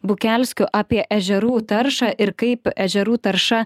bukelskiu apie ežerų taršą ir kaip ežerų tarša